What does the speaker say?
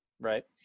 right